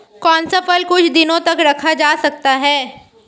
कौन सा फल कुछ दिनों तक रखा जा सकता है?